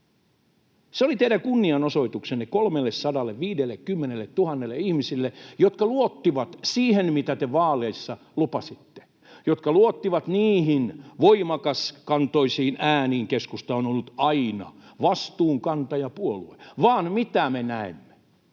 Se oli teidän kunnianosoituksenne 350 000 ihmiselle, jotka luottivat siihen, mitä te vaaleissa lupasitte, jotka luottivat niihin voimakaskantoisiin ääniin: ”Keskusta on ollut aina vastuunkantajapuolue.” Vaan mitä me näemme?